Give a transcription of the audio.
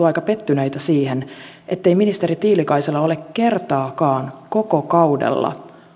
aika pettyneitä siihen ettei ministeri tiilikaisella ole kertaakaan koko kaudella